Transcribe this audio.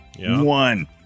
one